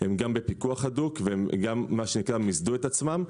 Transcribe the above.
הם גם בפיקוח הדוק וגם מיסדו את עצמם,